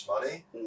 Money